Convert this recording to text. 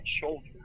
shoulder